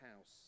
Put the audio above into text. house